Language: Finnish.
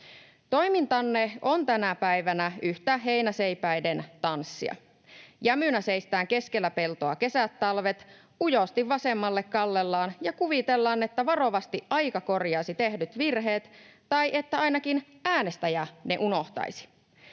Toimintanne on tänä päivänä yhtä heinäseipäiden tanssia. Jämynä seistään keskellä peltoa kesät talvet, ujosti vasemmalle kallellaan, ja kuvitellaan, että varovasti aika korjaisi tehdyt virheet tai että ainakin äänestäjä ne unohtaisi.